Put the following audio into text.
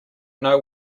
know